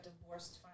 divorced